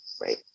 right